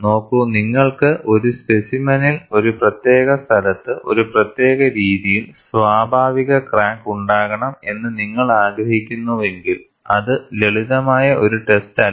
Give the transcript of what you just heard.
നോക്കൂ നിങ്ങൾക്ക് ഒരു സ്പെസിമെൻനിൽ ഒരു പ്രത്യേക സ്ഥലത്ത് ഒരു പ്രത്യേക രീതിയിൽ സ്വാഭാവിക ക്രാക്ക് ഉണ്ടാക്കണം എന്ന് നിങ്ങൾ ആഗ്രഹിക്കുന്നുവെങ്കിൽ അത് ലളിതമായ ഒരു ടാസ്ക് അല്ല